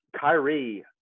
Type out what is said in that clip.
Kyrie